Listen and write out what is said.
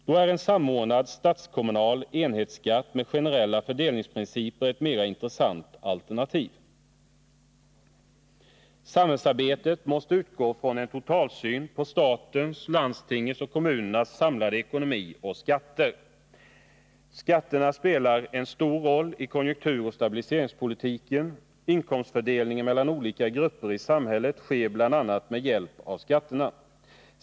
Då är en samordnad statskommunal enhetsskatt med generella fördelningsprinciper ett mera intressant alternativ. Samhällsarbetet måste utgå från en totalsyn på statens, landstingens och kommunernas samlade ekonomi och skatter. Skatterna spelar en stor roll i konjunkturoch stabiliseringspolitiken. Inkomstfördelningen mellan olika grupper i samhället sker bl.a. med hjälp av skatterna.